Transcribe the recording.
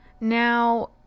Now